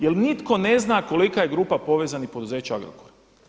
Jer nitko ne zna kolika je grupa povezanih poduzeća Agrokora.